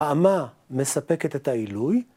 ‫האמה מספקת את העילוי?